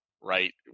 right